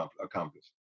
accomplished